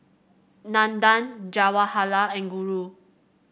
Nandan Jawaharlal and Guru